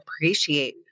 appreciate